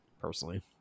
personally